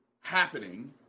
Happening